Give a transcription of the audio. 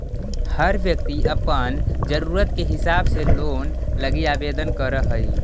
हर व्यक्ति अपन ज़रूरत के हिसाब से लोन लागी आवेदन कर हई